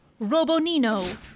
Robonino